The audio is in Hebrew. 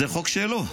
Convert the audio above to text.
זה חוק שלו,